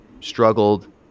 struggled